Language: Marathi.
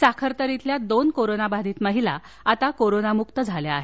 साखरतर इथल्या दोन करोनाबाधित महिला आता कोरोनामुक्त झाल्या आहेत